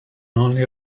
only